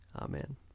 Amen